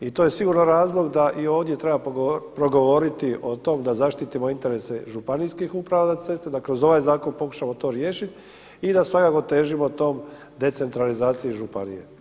I to je sigurno razlog da i ovdje treba progovoriti o tome da zaštitimo interese županijskih uprava za ceste, da kroz ovaj zakon pokušamo to riješiti i da svakako težimo tom, decentralizaciji županije.